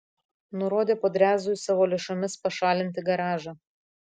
nurodė podrezui savo lėšomis pašalinti garažą